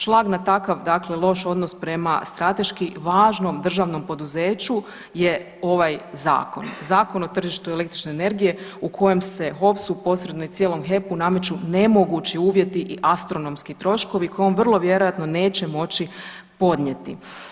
Šlag na takav dakle loš odnos prema strateški važnom državnom poduzeću je ovaj zakon, Zakon o tržištu električne energije u kojem se HOPS-u posredno i cijelom HEP-u nameću nemogući uvjeti i astronomski troškovi koje on vrlo vjerojatno neće moći podnijeti.